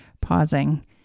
pausing